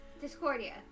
Discordia